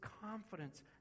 confidence